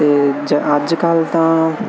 ਤੇ ਅੱਜ ਕੱਲ ਤਾਂ ਜਦਾ ਕੰਪਿਊਟਰ ਤੇ ਬਣਾਉਦੇ ਆ